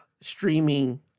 streaming